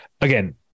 again